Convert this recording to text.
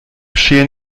schälen